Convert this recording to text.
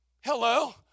Hello